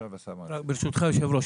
ברשותך היושב-ראש,